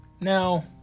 now